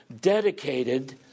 dedicated